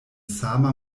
sama